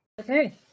Okay